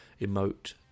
emote